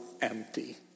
empty